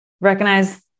recognize